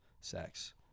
sex